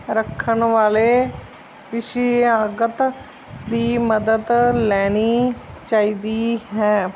ਰੱਖਣ ਵਾਲੇ ਵਿਸ਼ਾਗਤ ਦੀ ਮਦਦ ਲੈਣੀ ਚਾਹੀਦੀ ਹੈ